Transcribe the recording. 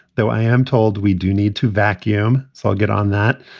though i am told we do need to vacuum, so i'll get on that.